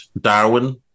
Darwin